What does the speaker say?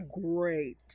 Great